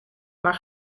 waar